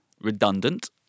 redundant